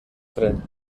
tren